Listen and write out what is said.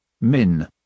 Min